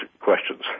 questions